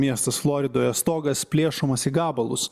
miestas floridoje stogas plėšomas į gabalus